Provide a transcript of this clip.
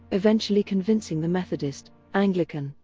eventually convincing the methodist, anglican,